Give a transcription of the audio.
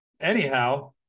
anyhow